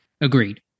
Agreed